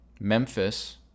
Memphis